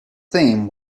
theme